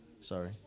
Sorry